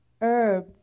herb